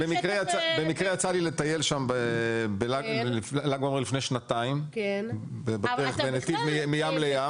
במקרה יצא לי לטייל שם בל"ג בעומר לפני שנתיים בנתיב מים לים.